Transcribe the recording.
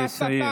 נא לסיים.